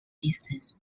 distance